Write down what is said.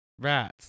Rats